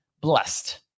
blessed